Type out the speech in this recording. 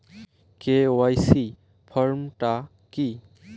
KYC form টা কি?